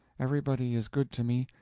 everybody is good to me,